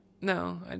No